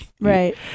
Right